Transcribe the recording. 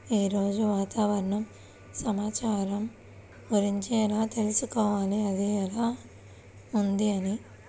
ఈరోజు వాతావరణ సమాచారం గురించి ఎలా తెలుసుకోవాలి అది ఎలా ఉంది అని?